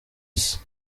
isi